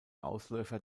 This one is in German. ausläufer